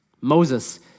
Moses